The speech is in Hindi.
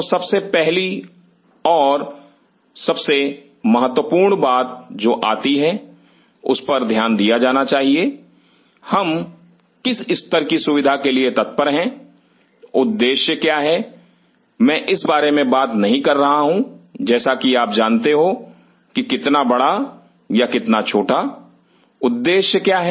तो सबसे पहली और सबसे महत्वपूर्ण बात जो आती है उस पर ध्यान दिया जाना चाहिए हम किस स्तर की सुविधा के लिए तत्पर हैं उद्देश्य क्या है और मैं इस बारे में बात नहीं कर रहा हूं जैसा आप जानते हो कि कितना बड़ा या कितना छोटा उद्देश्य क्या है